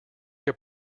your